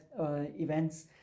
events